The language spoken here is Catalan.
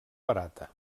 barata